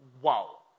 Wow